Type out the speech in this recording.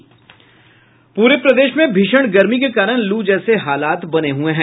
पूरे प्रदेश में भीषण गर्मी के कारण लू जैसे हालात बने हुये हैं